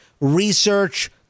research